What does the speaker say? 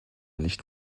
nicht